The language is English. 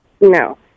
No